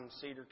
Cedar